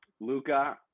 Luca –